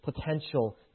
potential